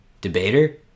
debater